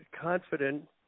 confident